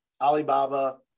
alibaba